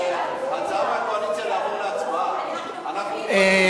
הצעה של הקואליציה לעבור להצבעה, אנחנו בעד.